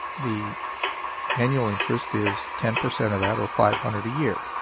the annual interest is ten percent of that, or five hundred a year.